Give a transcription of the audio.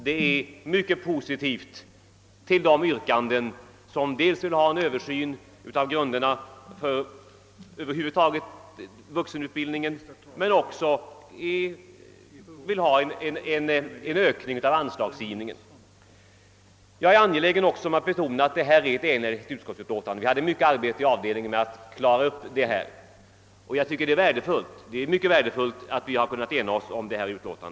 Det är mycket positivt såväl till de yrkanden som går ut på en översyn av grunderna för vuxenutbildningen över huvud taget som till yrkandena om en höjning av anslagen. Jag är också angelägen om att betona att det är ett enhälligt utskottsutlåtande. Vi lade ned mycket arbete i avdelningen på saken och jag tycker det är värdefullt att vi kunnat enas. Herr talman!